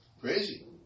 Crazy